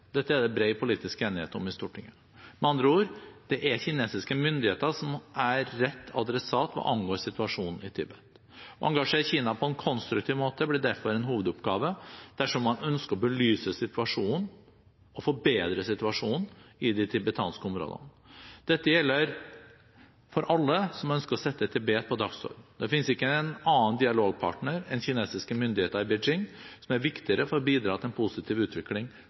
dette er det bred politisk enighet om i Stortinget. Med andre ord: Det er kinesiske myndigheter som er rett adressat hva angår situasjonen i Tibet. Å engasjere Kina på en konstruktiv måte blir derfor en hovedoppgave dersom man ønsker å belyse situasjonen – og forbedre situasjonen – i de tibetanske områdene. Dette gjelder for alle som ønsker å sette Tibet på dagsordenen. Det finnes ikke en annen dialogpartner enn kinesiske myndigheter i Beijing som er viktigere for å bidra til en positiv utvikling